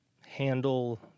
handle